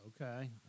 Okay